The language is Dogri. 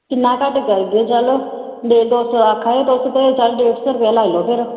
किन्ना गै घट्ट करगे चलो दो सो आक्खा दे तुस ते चल डेढ सौ रपेआ लाई लैओ फिर